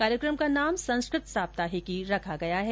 कार्यक्रम का नाम संस्कृत साप्ताहिकी रखा गया है